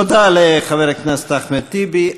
תודה לחבר הכנסת אחמד טיבי.